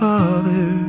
Father